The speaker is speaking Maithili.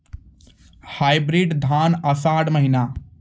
हाइब्रिड धान आषाढ़ महीना?